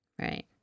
Right